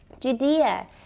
Judea